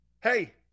Hey